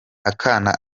akana